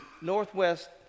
northwest